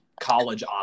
college